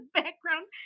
background